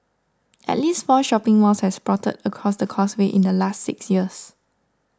at least four shopping malls have sprouted across the Causeway in the last six years